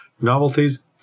novelties